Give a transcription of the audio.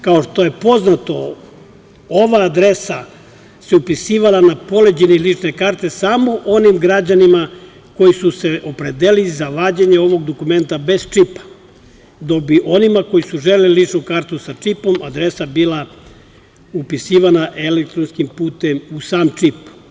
Kao što je poznato, ova adresa se upisivala na poleđini lične karte samo onim građanima koji su se opredelili za vađenje ovog dokumenta bez čipa, dok bi onima koji su želeli ličnu kartu sa čipom adresa bila upisivana elektronskim putem u sam čip.